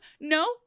No